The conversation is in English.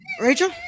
Rachel